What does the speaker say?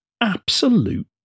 absolute